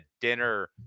dinner